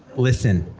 listen.